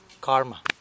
karma